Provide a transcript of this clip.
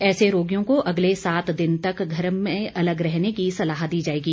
ऐसे रोगियों को अगले सात दिन तक घर में अलग रहने की सलाह दी जाएगी